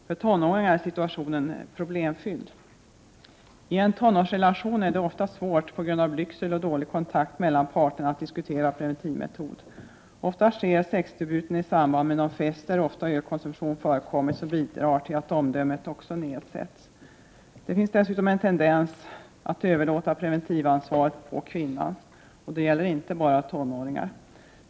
För tonåringarna är situationen problemfylld. I en tonårsrelation är det ofta svårt, på grund av blygsel och dålig kontakt mellan parterna, att diskutera preventivmetod. Ofta sker sexdebuten i samband med någon fest, där även ölkonsumtion förekommer, vilket bidrar till att omdömet nedsätts. Det finns dessutom en tendens att överlåta preventivansvaret på kvinnan. Det gäller inte bara tonåringar.